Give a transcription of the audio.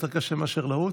יותר קשה מאשר לרוץ?